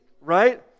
right